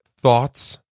thoughts